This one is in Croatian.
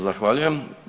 Zahvaljujem.